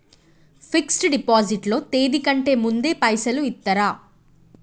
Fix డ్ deposit లో తేది కంటే ముందే పైసలు ఇత్తరా?